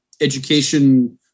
education